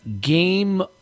game